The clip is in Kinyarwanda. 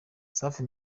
safi